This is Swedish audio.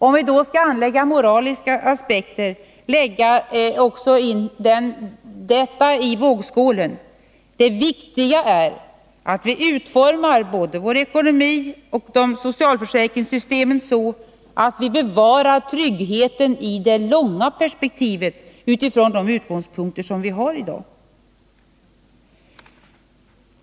Om vi skall ta med moraliska aspekter måste också detta läggas i vågskålen. Det viktiga är att vi utformar både vår ekonomi och socialförsäkringssystemen så, att vi bevarar tryggheten i det längre perspektivet utifrån utgångspunkter som vi har i dag.